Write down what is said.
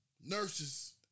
nurses